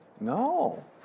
No